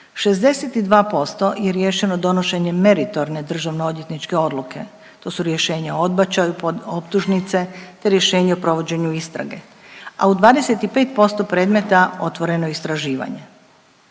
62% je riješeno donošenjem meritorne državno odvjetničke odluke. To su rješenja o odbačaju, optužnice te rješenje o provođenju istrage, a u 25% predmeta otvoreno je istraživanje.